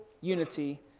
unity